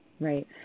Right